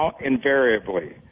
invariably